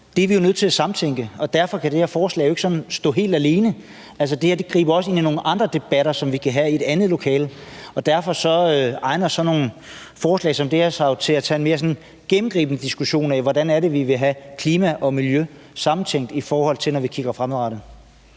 Det er vi jo nødt til at samtænke, og derfor kan det her forslag jo ikke sådan stå helt alene. Altså, det her griber også ind i nogle andre debatter, som vi kan have i et andet lokale. Derfor egner sådan et forslag som det her sig jo til at tage en mere gennemgribende diskussion af, hvordan det er vi vil have klima og miljø sammentænkt, i forhold til når vi kigger fremadrettet.